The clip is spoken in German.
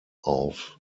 auf